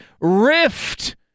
rift